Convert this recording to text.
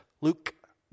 Luke